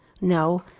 No